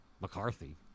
McCarthy